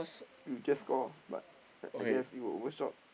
you just call but I I guess it will overshot